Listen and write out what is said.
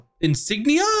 insignia